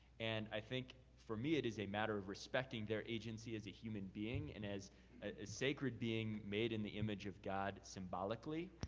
and i think, for me, it is a matter of respecting their agency as a human being and as a sacred being made in the image of god symbolically.